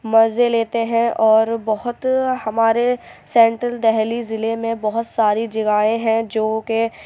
مزے لیتے ہیں اور بہت ہمارے سینٹرل دہلی ضلعے میں بہت ساری جگہیں ہیں جو کہ